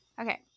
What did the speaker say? Okay